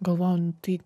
galvojau nu tai